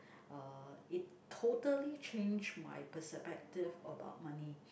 uh it totally changed my perspective about money